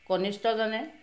কনিষ্ঠজনে